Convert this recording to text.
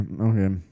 okay